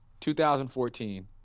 2014